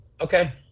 okay